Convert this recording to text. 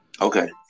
Okay